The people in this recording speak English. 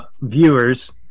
viewers